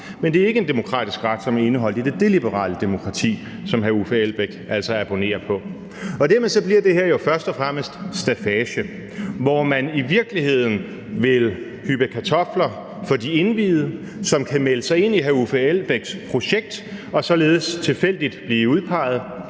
Men det er ikke en demokratisk ret, som er indeholdt i det deliberative demokrati, som hr. Uffe Elbæk altså abonnerer på. Dermed bliver det her jo først og fremmest staffage, hvor man i virkeligheden vil hyppe kartofler for de indviede, som kan melde sig ind i hr. Uffe Elbæks projekt og således tilfældigt blive udpeget.